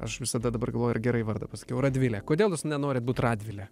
aš visada dabar galvoju ar gerai vardą paskiau radvilė kodėl jūs nenorit būt radvilė